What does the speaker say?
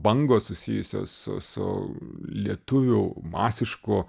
bangos susijusios su su lietuvių masišku